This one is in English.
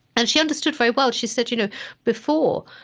and she understood very well. she said you know before,